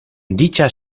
dicha